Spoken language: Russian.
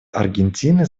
аргентины